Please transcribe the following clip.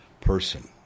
person